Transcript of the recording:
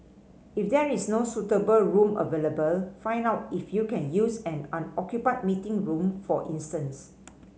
if there is no suitable room available find out if you can use an unoccupied meeting room for instance